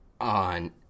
on